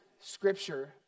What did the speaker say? scripture